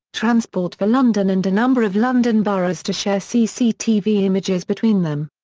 transport for london and a number of london boroughs to share cctv images between them.